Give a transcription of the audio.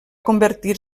convertir